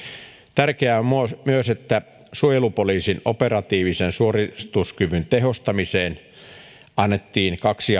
tärkeää on myös että suojelupoliisin operatiivisen suorituskyvyn tehostamiseen annettiin kaksi